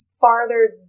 farther